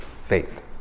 Faith